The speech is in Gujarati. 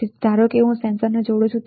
તેથી ધારો કે હું અહીં સેન્સરને જોડુ છું